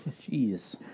Jesus